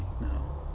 no